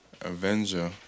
Avenger